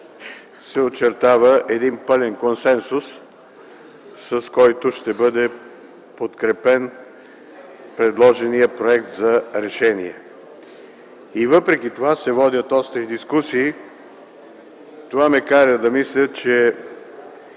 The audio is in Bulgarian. се очертава пълен консенсус, с който ще бъде подкрепен предложеният проект за решение. Въпреки това се водят остри дискусии. Това ме кара да мисля, че